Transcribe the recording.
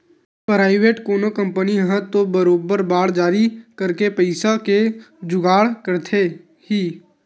private कोनो company ह तो बरोबर बांड जारी करके पइसा के जुगाड़ करथे ही